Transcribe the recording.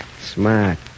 Smart